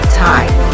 time